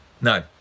No